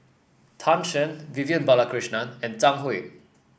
Tan Shen Vivian Balakrishnan and Zhang Hui